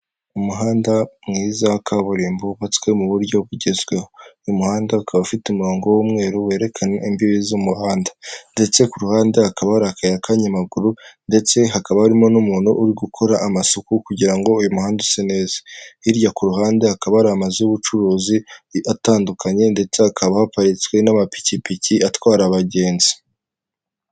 Umuhanda mwiza wa kaburimbo wubatswe muburyo bugezweho uyu muhanda ukaba ufite umurongo w'umweru werekana imbibi z'umuhanda ndetse kuruhande akaba hari akayira k'akanyayamaguru ndetse hakaba harimo n'umuntu uri gukora amasuku kugira ngo uyu muhanda use neza hirya ku ruhande hakaba hari amazu y'ubucuruzi atandukanye ndetse hakaba haparitswe n'amapikipiki atwara abagenzi.